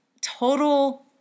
total